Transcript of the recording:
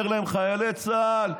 אומר להם: חיילי צה"ל,